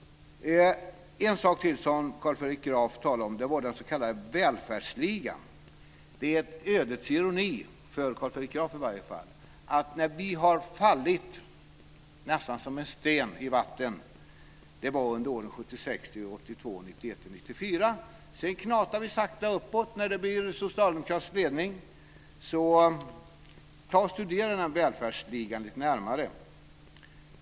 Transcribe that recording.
En sak till som Carl Fredrik Graf talade om var den s.k. välfärdsligan. Det är ödets ironi - i alla fall för Carl Fredrik Graf - att när vi föll ned på listan nästan som en sten i vatten var det under åren 1976 1982, 1991-1994. När det blev socialdemokratisk ledning knatade vi sakta uppåt. Ta och studera välfärdsligan lite närmare!